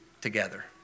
together